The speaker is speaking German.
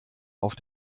auf